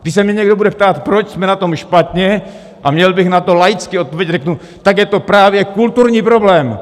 Když se mě někdo bude ptát, proč jsme na tom špatně, a měl bych na to laicky odpovědět, tak řeknu, tak je to právě kulturní problém.